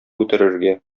үтерергә